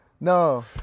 No